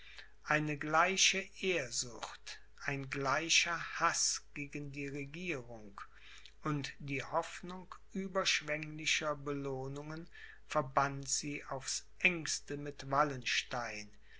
eine gleiche ehrsucht ein gleicher haß gegen die regierung und die hoffnung überschwänglicher belohnungen verband sie aufs engste mit wallenstein